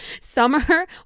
summer